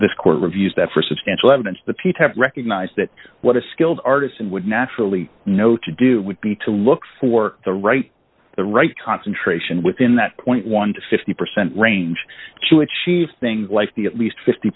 this court reviews that for substantial evidence the p t recognized that what a skilled artisan would naturally know to do would be to look for the right the right concentration within that point one to fifty percent range to achieve things like the at least fifty